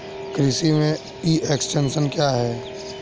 कृषि में e extension क्या है?